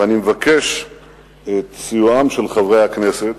ואני מבקש את סיועם של חברי הכנסת,